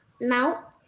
Now